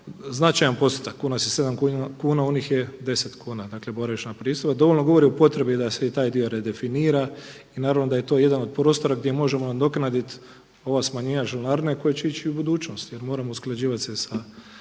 značajan postotak. Kod nas je 7 kuna u njih je 10 kuna boravišna pristojba i dovoljno govori o potrebi da se i taj dio redefinira i naravno da je to jedan od prostora gdje možemo nadoknaditi ova smanjenja članarine koja će ići u budućnosti jer moramo se usklađivati sa